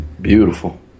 Beautiful